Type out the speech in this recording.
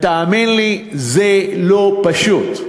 ותאמין לי, זה לא פשוט.